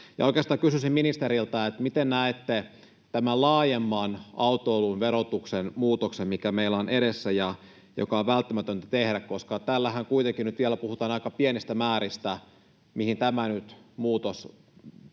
Oikeastaan kysyisin ministeriltä: Miten näette tämän laajemman autoilun verotuksen muutoksen, mikä meillä on edessä ja joka on välttämätöntä tehdä, koska täällähän kuitenkin nyt vielä puhutaan aika pienistä määristä, mitä tällä muutoksella